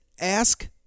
ask